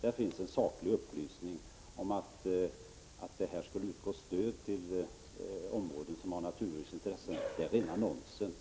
Där finns saklig upplysning. Att det skulle utgå stöd till områden som har naturvårdsintressen är rent nonsens.